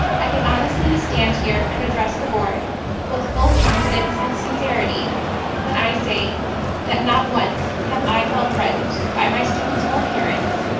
i can honestly stand here and address the board with full confidence and sincerity when i say that not once have i felt threatened by my students or parents,